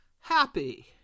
happy